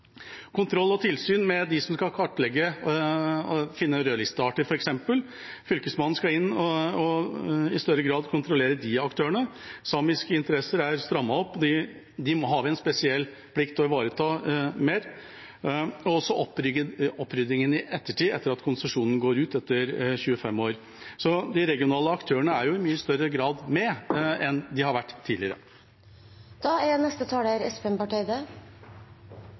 større grad kontrollere de aktørene. Samiske interesser er strammet opp, de har vi en spesiell plikt til å ivareta bedre, og også oppryddingen etter at konsesjonen går ut etter 25 år. Så de regionale aktørene er i mye større grad med enn de har vært